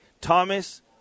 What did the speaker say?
Thomas